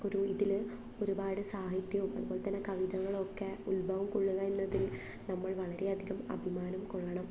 ഒരു ഇതില് ഒരുപാട് സാഹിത്യവും അതുപോലെതന്നെ കവിതകളൊക്കെ ഉത്ഭവം കൊള്ളുക എന്നതിൽ നമ്മൾ വളരെയധികം അഭിമാനം കൊള്ളണം